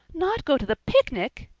not go to the picnic!